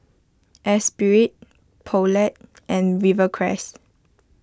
Esprit Poulet and Rivercrest